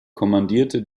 kommandierte